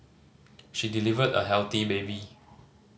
she delivered a healthy baby